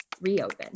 reopen